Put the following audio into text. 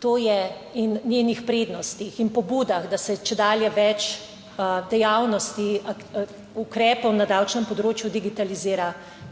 to je in njenih prednostih in pobudah, da se čedalje več dejavnosti, ukrepov na davčnem področju digitalizira.